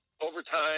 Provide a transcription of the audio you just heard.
overtime